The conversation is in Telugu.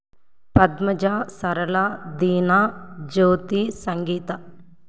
పద్మజ సరళ దీన జ్యోతి సంగీత